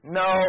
no